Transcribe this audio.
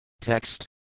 Text